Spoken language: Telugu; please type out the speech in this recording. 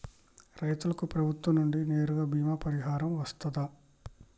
రైతులకు ప్రభుత్వం నుండి నేరుగా బీమా పరిహారం వత్తదా?